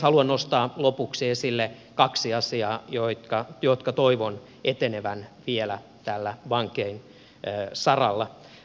haluan nostaa lopuksi esille kaksi asiaa joiden toivon etenevän vielä tällä vankein saralla